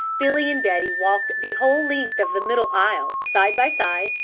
billy and betty walked the whole length of the middle aisle, side by side,